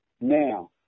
now